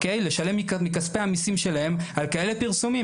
לשלם מכספי המיסים שלהם על כאלה פרסומים?